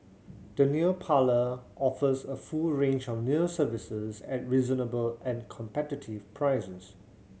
the nail parlour offers a full range of nail services at reasonable and competitive prices